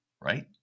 right